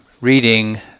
reading